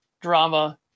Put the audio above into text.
drama